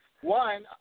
One